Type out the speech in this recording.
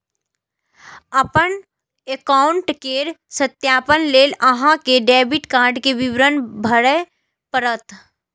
अपन एकाउंट केर सत्यापन लेल अहां कें डेबिट कार्ड के विवरण भरय पड़त